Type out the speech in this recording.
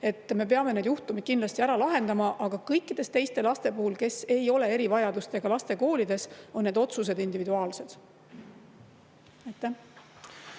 Me peame need juhtumid kindlasti ära lahendama, aga kõikide teiste laste puhul, kes ei ole erivajadustega laste koolides, on need otsused individuaalsed.